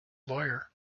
lawyer